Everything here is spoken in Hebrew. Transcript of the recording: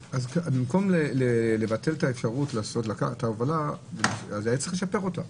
במקום לבטל את האפשרות לעשות את ההובלה היה צריך לשפר אותה.